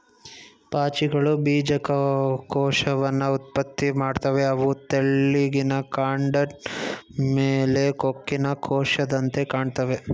ಪಾಚಿಗಳು ಬೀಜಕ ಕೋಶವನ್ನ ಉತ್ಪತ್ತಿ ಮಾಡ್ತವೆ ಅವು ತೆಳ್ಳಿಗಿನ ಕಾಂಡದ್ ಮೇಲೆ ಕೊಕ್ಕಿನ ಕೋಶದಂತೆ ಕಾಣ್ತಾವೆ